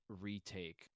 retake